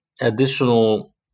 additional